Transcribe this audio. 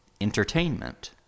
entertainment